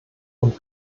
und